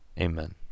Amen